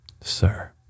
Sir